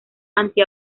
anti